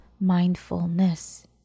mindfulness